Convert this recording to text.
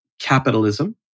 capitalism